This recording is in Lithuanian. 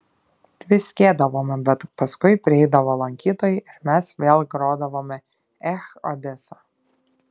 tviskėdavome bet paskui prieidavo lankytojai ir mes vėl grodavome ech odesa